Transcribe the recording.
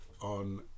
on